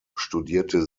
studierte